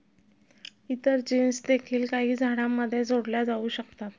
इतर जीन्स देखील काही झाडांमध्ये जोडल्या जाऊ शकतात